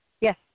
Yes